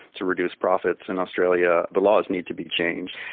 to reduce profits in australia. the laws need to be changed.